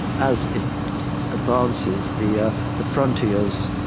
as it advances, the ah the frontiers,